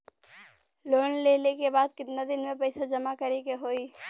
Loan लेले के बाद कितना दिन में पैसा जमा करे के होई?